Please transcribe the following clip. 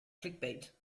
clickbait